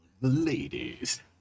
Ladies